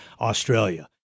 Australia